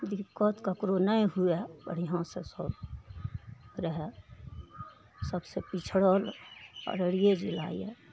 दिक्कत ककरो नहि हुए बढ़िआँसे सभ रहै सबसे पिछड़ल अररिये जिला यऽ